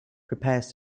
prepares